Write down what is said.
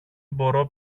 μπορώ